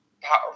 power